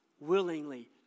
willingly